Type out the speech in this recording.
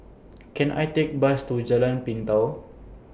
Can I Take Bus to Jalan Pintau